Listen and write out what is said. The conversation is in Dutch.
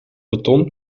beton